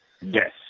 Yes